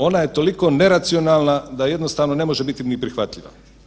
Ona je toliko neracionalna da jednostavno ne može biti ni prihvatljiva.